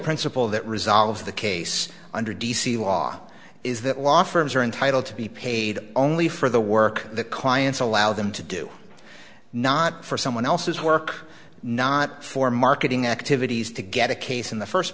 principle that resolves the case under d c law is that law firms are entitled to be paid only for the work the clients allow them to do not for someone else's work not for marketing activities to get a case in the first